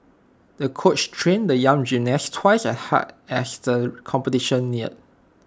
the coach trained the young gymnast twice as hard as the competition neared